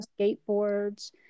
skateboards